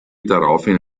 daraufhin